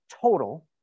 total